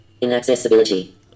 Inaccessibility